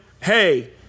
Hey